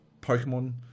Pokemon